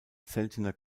seltener